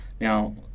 Now